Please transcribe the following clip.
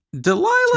Delilah